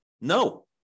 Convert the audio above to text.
No